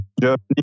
Germany